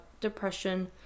depression